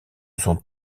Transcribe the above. sont